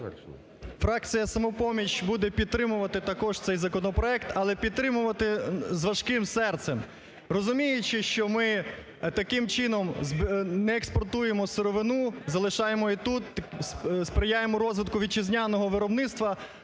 Фракція "Самопоміч" буде підтримувати також цей законопроект. Але підтримувати з важким серцем. Розуміючи, що ми таким чином, не експортуємо сировину, залишаємо і тут, сприяємо розвитку вітчизняного виробництва.